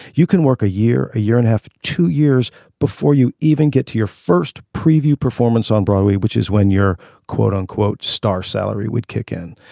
you can work a year a year and have two years before you even get to your first preview performance on broadway which is when your quote unquote star salary would kick in.